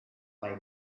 may